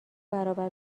برابر